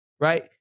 right